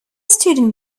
student